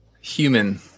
Human